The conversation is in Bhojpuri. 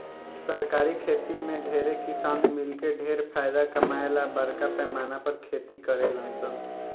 सरकारी खेती में ढेरे किसान मिलके ढेर फायदा कमाए ला बरका पैमाना पर खेती करेलन सन